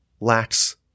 lacks